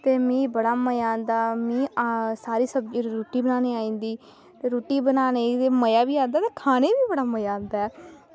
ते मिगी बड़ा मज़ा आंदा ते मिगी सारी रुट्टी बनाना आई जंदी रुट्टी बनानी गी मज़ा बी आह्गा ते खानै गी बी बड़ा मज़ा आंदा